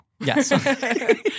Yes